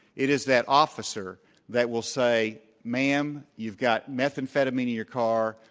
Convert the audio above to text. it is that officer that will say, ma'am, you've got methamphetamine in your car.